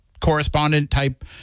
correspondent-type